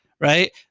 Right